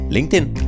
LinkedIn